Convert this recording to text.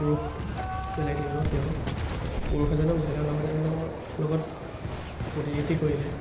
পুৰুষ বেলেগ লিংগ কিয়নো পুৰুষ এজনে মহিলাৰ লগ এজনৰ লগত প্ৰতিনিধি কৰিলে